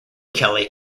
kelly